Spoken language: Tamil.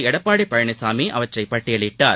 எடப்பாடி பழனிசாமி அவற்றைப் பட்டியலிட்டார்